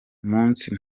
umunsi